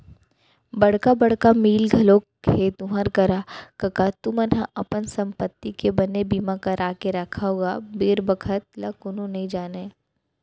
बड़का बड़का मील घलोक हे तुँहर करा कका तुमन ह अपन संपत्ति के बने बीमा करा के रखव गा बेर बखत ल कोनो नइ जानय